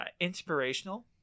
Inspirational